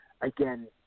again